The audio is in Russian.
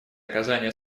оказания